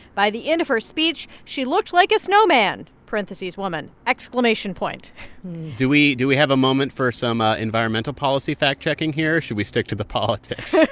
by the end of her speech, she looked like a snowman parentheses woman exclamation point do we do we have a moment for some ah environmental policy fact checking here, or should we stick to the politics?